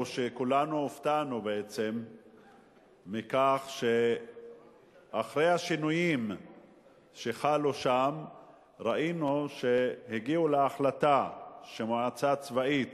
כולנו הופתענו מכך שאחרי השינויים שחלו שם הגיעו להחלטה שהמועצה הצבאית